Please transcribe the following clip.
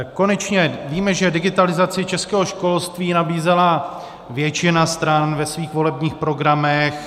Konečně víme, že digitalizaci českého školství nabízela většina stran ve svých volebních programech.